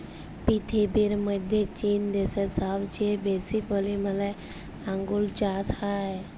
পীরথিবীর মধ্যে চীন দ্যাশে সবচেয়ে বেশি পরিমালে আঙ্গুর চাস হ্যয়